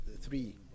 three